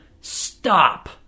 stop